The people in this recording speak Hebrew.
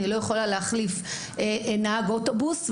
אני לא יכולה להחליף נהג אוטובוס,